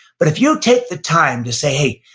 but if you take the time to say, hey,